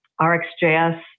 RxJS